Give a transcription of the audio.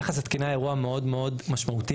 יחס התקינה אירוע מאוד מאוד משמעותי,